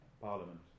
parliament